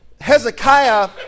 Hezekiah